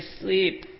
sleep